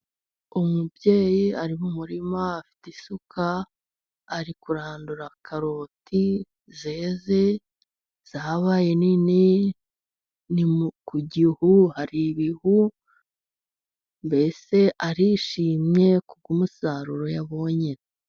Umubyeyi ari mu murima afite isuka, ari kurandura karoti zeze zabaye nini, ni ku gihu, hari ibihu, mbese arishimye kubw'umusaruro yabonye.